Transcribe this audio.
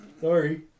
Sorry